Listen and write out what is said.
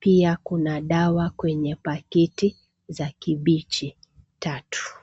Pia kuna dawa kwenye pakiti za kibichi tatu.